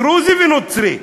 דרוזי ונוצרי,